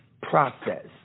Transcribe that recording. process